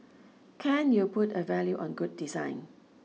can you put a value on good design